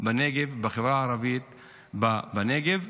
בחברה הערבית בנגב,